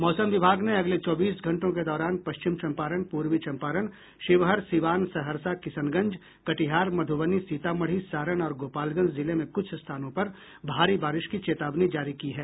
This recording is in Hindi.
मौसम विभाग ने अगले चौबीस घंटों के दौरान पश्चिम चंपारण पूर्वी चंपारण शिवहर सिवान सहरसा किशनगंज कटिहार मध्र्बनी सीतामढ़ी सारण और गोपालगंज जिले में क्छ स्थानों पर भारी बारिश की चेतावनी जारी की है